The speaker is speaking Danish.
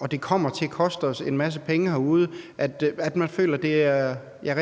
og det kommer til at koste dem en masse penge derude, som de selv har udtalt,